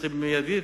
צריכים מיידית,